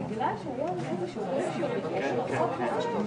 זאת אומרת אם כל הזמן באים ואומרים שזה צריך להיות